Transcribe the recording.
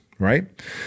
right